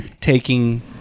taking